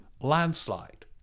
landslide